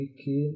que